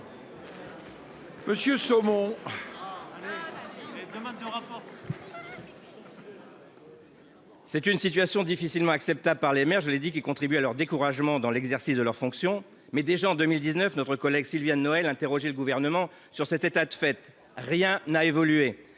réplique. Cette situation, difficilement acceptable par les maires, contribue à leur découragement dans l’exercice de leurs fonctions. Déjà, en 2019, notre collègue Sylviane Noël interrogeait le Gouvernement sur cet état de fait. Rien n’a évolué